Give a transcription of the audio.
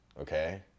okay